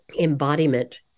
embodiment